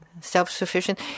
self-sufficient